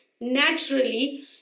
naturally